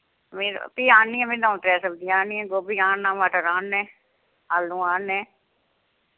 में फ्ही आन्नी आं में द'ऊं त्रै सब्जियां आह्ननी गोभी आह्नना मटर आह्नने आलू आह्नने